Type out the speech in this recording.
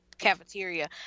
cafeteria